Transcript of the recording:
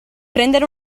prendere